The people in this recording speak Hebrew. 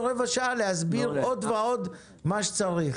רבע שעה להסביר עוד ועוד את מה שצריך.